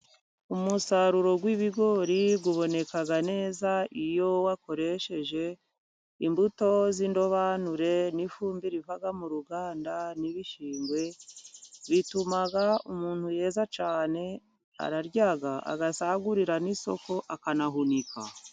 Umusaruro w'ibigori uboneka neza iyo wakoresheje imbuto z'indobanure n'ifumbire iva mu ruganda n'ibishingwe, bituma umuntu yeza cyane, ararya agasagurira n'isoko akanahunika.